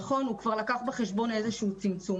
הוא לקח בחשבון צמצום,